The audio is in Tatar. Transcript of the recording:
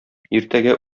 иртәгә